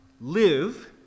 live